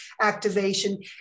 activation